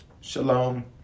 Shalom